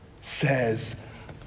says